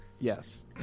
Yes